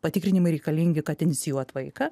patikrinimai reikalingi kad inicijuot vaiką